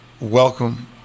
welcome